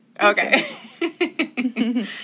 Okay